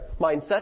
mindset